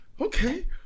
Okay